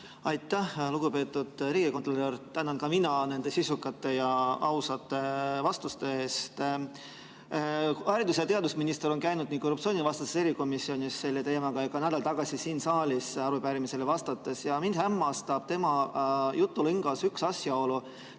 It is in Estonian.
Aitäh! Lugupeetud riigikontrolör, tänan ka mina nende sisukate ja ausate vastuste eest. Haridus‑ ja teadusminister on käinud korruptsioonivastases erikomisjonis selle teemaga ja ka nädal tagasi siin saalis arupärimisele vastamas ja mind hämmastab tema jutulõngas üks asjaolu.